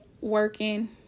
working